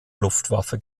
luftwaffe